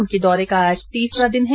उनके दौरे का आज तीसरा दिन है